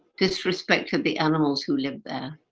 disrespect of the animals who live there,